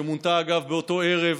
שמונתה אגב באותו ערב,